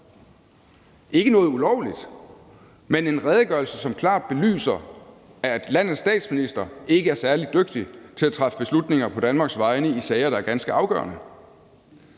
af det og en redegørelse, som klart vil belyse, at landets statsminister ikke er særlig dygtig til at træffe beslutninger på Danmarks vegne i sager, der er ganske afgørende.